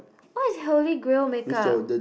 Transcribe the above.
what is holy grail make up